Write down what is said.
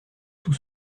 tous